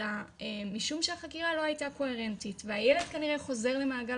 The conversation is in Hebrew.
אלא משום שהחקירה לא הייתה קוהרנטית והילד כנראה חוזר למעגל